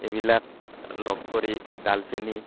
এইবিলাক লগ কৰি ডালচেনি